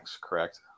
correct